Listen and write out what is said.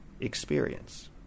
experience